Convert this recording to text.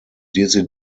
dizzy